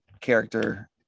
character